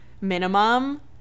minimum